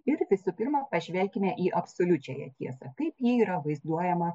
ir visų pirma pažvelkime į absoliučiąją tiesą kaip ji yra vaizduojama